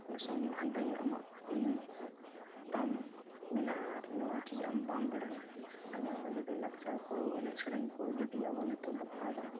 ᱚᱸᱰᱮ ᱥᱚᱝᱵᱤᱫᱷᱟᱱ ᱨᱮ ᱟᱢᱟᱜ ᱱᱤᱭᱟᱹ ᱛᱟᱢ ᱢᱮᱱᱟᱜᱼᱟ ᱟᱨ ᱱᱚᱣᱟ ᱴᱤᱡ ᱟᱢ ᱵᱟᱢ ᱵᱟᱲᱟᱭᱟ ᱟᱨ ᱱᱚᱣᱟ ᱡᱩᱫᱤ ᱞᱟᱠᱪᱟ ᱠᱚ ᱮᱱᱮᱡ ᱥᱮᱨᱮᱧ ᱠᱚ ᱡᱩᱫᱤ ᱟᱵᱚ ᱱᱤᱛᱚᱜ ᱵᱚᱱ ᱟᱫᱟ